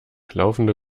laufende